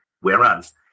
Whereas